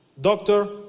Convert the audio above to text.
Doctor